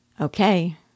Okay